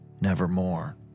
nevermore